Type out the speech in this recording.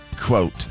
quote